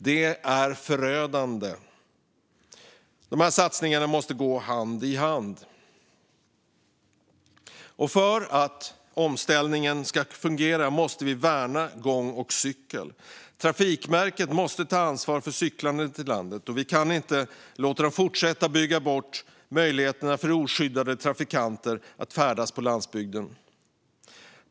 Det är förödande. De här satsningarna måste gå hand i hand, och för att omställningen ska fungera måste vi värna gång och cykling. Trafikverket måste ta ansvar för cyklingen i landet. Vi kan inte låta dem fortsätta bygga bort möjligheten för oskyddade trafikanter att färdas på landsbygden.